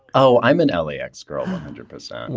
oh, i'm an l a. ex-girl, one hundred percent.